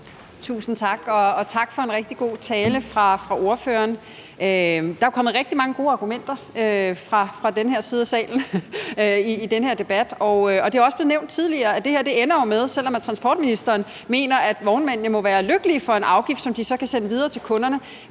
Tusind tak. Og tak for en rigtig god tale fra ordføreren. Der er jo kommet rigtig mange gode argumenter fra den højre side af salen i den her debat, og det er også blevet nævnt tidligere, at selv om transportministeren mener, at vognmændene må være lykkelige for en afgift, som de så kan sende videre til kunderne,